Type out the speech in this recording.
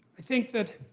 i think that